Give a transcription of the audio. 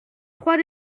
trois